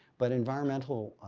but environmental